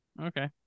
Okay